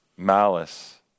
Malice